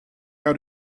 out